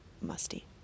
musty